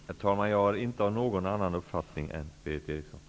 Herr talman! Jag har inte någon annan uppfattning än den Berith Eriksson har.